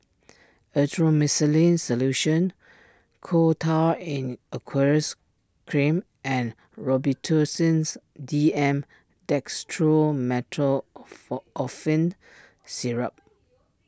Erythroymycin Solution Coal Tar in Aqueous Cream and Robitussins D M Syrup